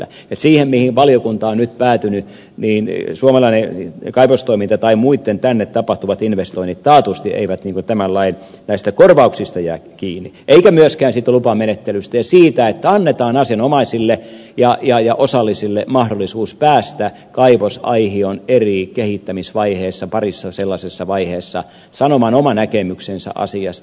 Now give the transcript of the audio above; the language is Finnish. siihen viitaten mihin valiokunta on nyt päätynyt niin suomalainen kaivostoiminta tai muitten tänne tapahtuvat investoinnit taatusti eivät tämän lain korvauksista jää kiinni eivätkä myöskään lupamenettelystä ja siitä että annetaan asianomaisille ja osallisille mahdollisuus päästä kaivosaihion eri kehittämisvaiheessa parissa sellaisessa vaiheessa sanomaan oma näkemyksensä asiasta